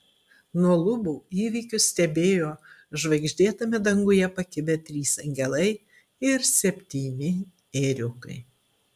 nuo lubų įvykius stebėjo žvaigždėtame danguje pakibę trys angelai ir septyni ėriukai